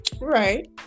right